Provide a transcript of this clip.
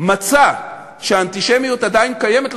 מצא שהאנטישמיות עדיין קיימת,